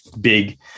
big